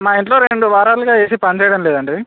మా ఇంట్లో రెండు వారాలుగా ఏసీ పనిచేయడం లేదండి